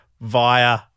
Via